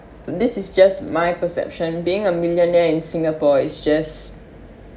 this is just my perception being a millionaire in singapore is just